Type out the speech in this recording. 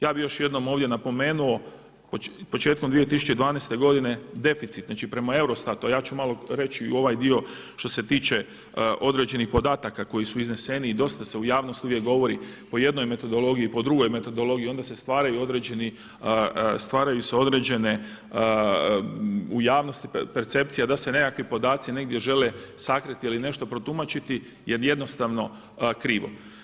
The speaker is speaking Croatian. Ja bih još jednom ovdje napomenuo, početkom 2012. godine deficit znači prema EUROSTAT-u, a ja ću malo reći i ovaj dio što se tiče određenih podataka koji su izneseni i dosta se u javnosti uvijek govori po jednoj metodologiji, po drugoj metodologiji i onda se stvaraju određeni u javnosti percepcije da se nekakvi podaci negdje žele sakriti ili nešto protumačiti je jednostavno krivo.